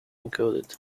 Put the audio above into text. encoded